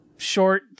Short